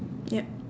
yup